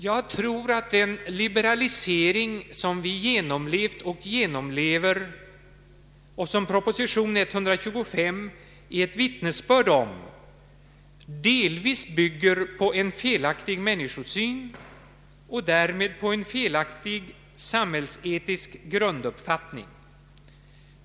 Jag tror att den liberalisering som vi genomlevt och genomlever och som proposition nr 125 gett vittnesbörd om delvis bygger på en felaktig människosyn och därmed på en felaktik samhällsetisk grunduppfattning.